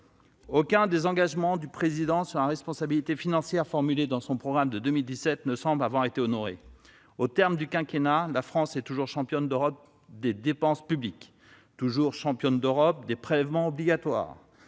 Aucun des engagements formulés en matière de responsabilité financière par le Président de la République dans son programme de 2017 ne semble avoir été honoré. Au terme du quinquennat, la France est toujours championne d'Europe des dépenses publiques, toujours championne d'Europe des prélèvements obligatoires,